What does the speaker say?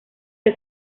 que